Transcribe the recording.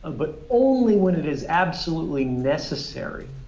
but only when it is absolutely necessary.